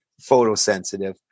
photosensitive